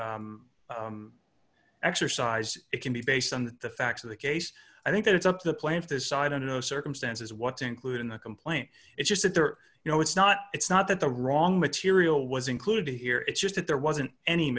cutter exercise it can be based on the facts of the case i think that it's up to the plaintiff their side under no circumstances what to include in the complaint it's just that there are you know it's not it's not that the wrong material was included here it's just that there wasn't any